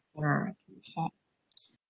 nah you said